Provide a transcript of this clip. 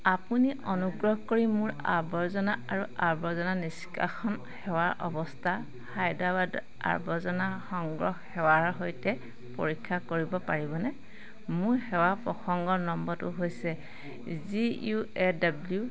আপুনি অনুগ্ৰহ কৰি মোৰ আৱৰ্জনা আৰু আৱৰ্জনা নিষ্কাশন সেৱাৰ অৱস্থা হায়দৰাবাদ আৱৰ্জনা সংগ্ৰহ সেৱাৰ সৈতে পৰীক্ষা কৰিব পাৰিবনে মোৰ সেৱাৰ প্ৰসংগ নম্বৰটো হৈছে জি ইউ এ ডব্লিউ